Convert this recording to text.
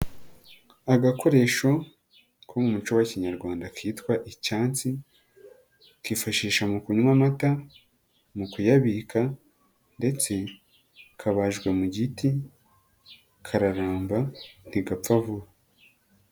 Agakoresho ko mu muco wa kinyarwanda kitwa icyansi. Kifashisha mu kunywa amata, mu kuyabika ndetse kabajwe mu giti. Kararamba ntigapfa vuba.